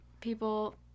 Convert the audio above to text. people